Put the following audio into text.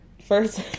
First